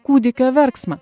kūdikio verksmą